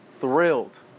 thrilled